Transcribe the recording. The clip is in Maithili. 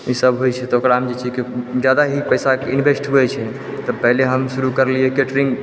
ई सब होइ छै तऽ ओकरामे छै कि जादा ही पैसाके इन्वेस्ट हो जाइ छै तऽ पहिले हम शुरु करलियै